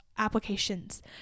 applications